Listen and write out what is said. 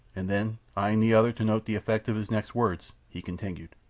and then eyeing the other to note the effect of his next words, he continued,